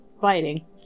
fighting